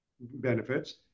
benefits